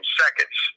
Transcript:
seconds